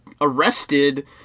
arrested